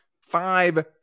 five